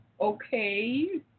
Okay